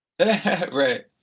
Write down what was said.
Right